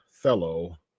fellow